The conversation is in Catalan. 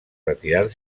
retirar